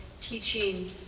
teaching